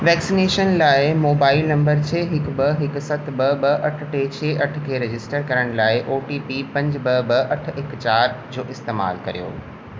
vaccination लाइ mobile number छह हिकु ॿ हिकु सत ॿ ॿ अठ टे छह अठ खे रजिस्टर करण लाइ ओ टी पी पंज ॿ ॿ अठ हिकु चार जो इस्तेमालु करियो